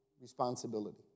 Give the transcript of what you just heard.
responsibility